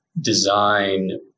design